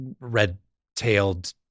red-tailed